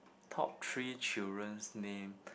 top three children's name